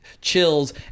chills